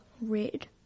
Red